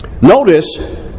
Notice